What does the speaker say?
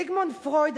זיגמונד פרויד,